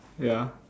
ya